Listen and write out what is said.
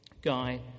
Guy